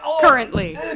currently